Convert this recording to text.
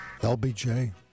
LBJ